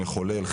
מחולל,